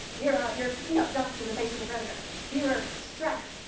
you're ah you're kicking up dust in the face of the predator. these are stress,